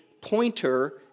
pointer